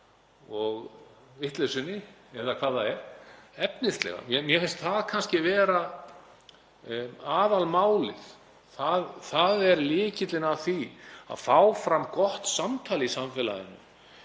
og vitleysunni, eða hvað það er, efnislega. Mér finnst það kannski vera aðalmálið. Það er lykillinn að því að fá fram gott samtal í samfélaginu